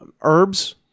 herbs